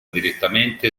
direttamente